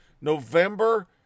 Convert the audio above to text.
November